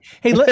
Hey